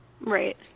Right